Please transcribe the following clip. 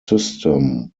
system